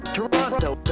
Toronto